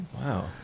Wow